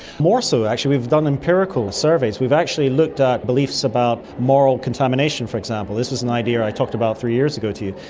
more so actually, we've done empirical surveys. we've actually looked at beliefs about moral contamination for example. this was an idea i talked about three years ago to you,